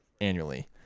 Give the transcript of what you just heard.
annually